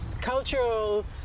cultural